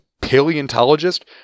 paleontologist